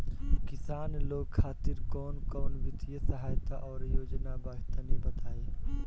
किसान लोग खातिर कवन कवन वित्तीय सहायता और योजना बा तनि बताई?